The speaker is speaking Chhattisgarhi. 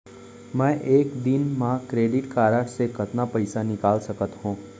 मैं एक दिन म क्रेडिट कारड से कतना पइसा निकाल सकत हो?